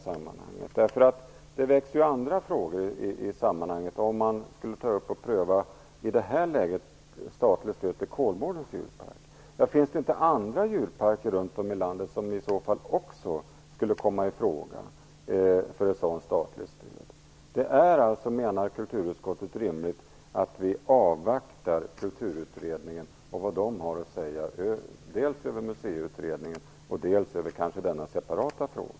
Om man i det här läget skulle ta upp och pröva ett statligt stöd till Kolmårdens djurpark väcks det ju andra frågor i sammanhanget. Finns det inte andra djurparker runt om i landet som i så fall också skulle komma i fråga för ett statligt stöd? Det är alltså, menar kulturutskottet, rimligt att vi avvaktar vad Kulturutredningen har att säga dels om Museiutredningen, dels om denna separata fråga.